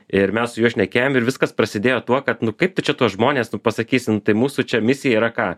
ir mes su juo šnekėjom ir viskas prasidėjo tuo kad nu kaip tu čia tuos žmones nu pasakysi nu tai mūsų čia misija yra ką